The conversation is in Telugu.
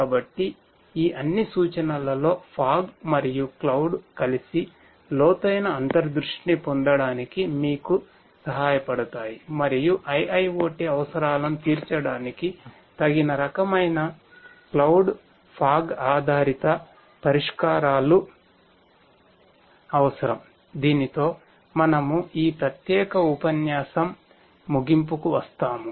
కాబట్టి ఈ అన్ని సూచనలలో ఫాగ్ ఆధారిత పరిష్కారాలు అవసరం దీనితో మనము ఈ ప్రత్యేకఉపన్యాసం ముగింపుకు వస్తాము